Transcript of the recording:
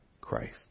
Christ